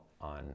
on